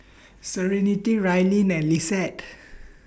Serenity Raelynn and Lissette